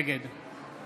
נגד